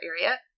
area